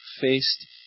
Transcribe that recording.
Faced